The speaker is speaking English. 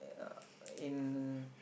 yeah in